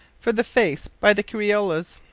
for the face, by the criollas.